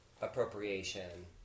appropriation